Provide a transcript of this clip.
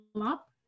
up